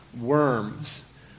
worms